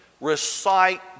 recite